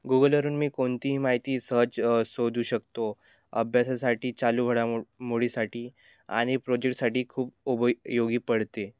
गुगलवरून मी कोणतीही माहिती सहज शोधू शकतो अभ्यासासाठी चालू घडामोडीसाठी आणि प्रोजेक्टसाठी खूप उपयोगी पडते